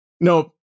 no